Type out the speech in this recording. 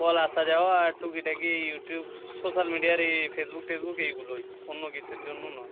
call আসা যাওয়া আর টুকিটাকি ইউটিউব সোশ্যাল মিডিয়া আর এই ফেসবুক টেসবুক এইগুলোই অন্য কিছুর জন্য নয়